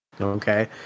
Okay